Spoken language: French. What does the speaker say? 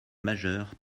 majeur